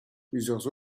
plusieurs